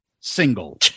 single